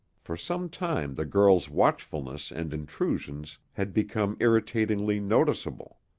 for some time the girl's watchfulness and intrusions had become irritatingly noticeable.